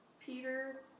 Peter